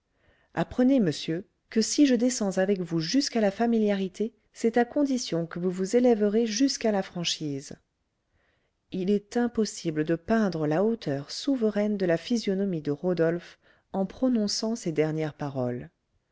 apprenez monsieur que si je descends avec vous jusqu'à la familiarité c'est à condition que vous vous élèverez jusqu'à la franchise il est impossible de peindre la hauteur souveraine de la physionomie de rodolphe en prononçant ces dernières paroles